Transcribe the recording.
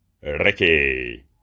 Ricky